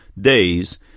days